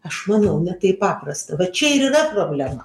aš manau ne taip paprasta va čia ir yra problema